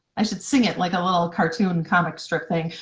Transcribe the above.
i should sing it like a little cartoon comic strip thing,